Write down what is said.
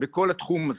בכל התחום הזה.